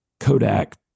kodak